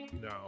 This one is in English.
no